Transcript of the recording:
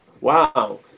wow